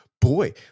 Boy